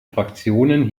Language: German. fraktionen